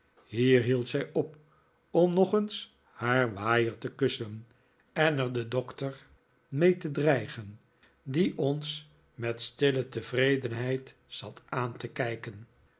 hier hield zij op om nog eens haar waaier te kussen en er den doctor mee te dreigen die ons met stille tevredenheid zat aan te kijken